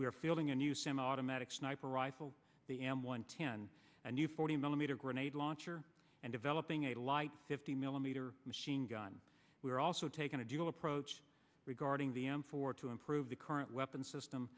are fielding a new semiautomatic sniper rifle the m one ten a new forty millimeter grenade launcher and developing a light fifty millimeter machine gun we are also taken to do approach regarding the m four to improve the current weapons system